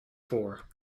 for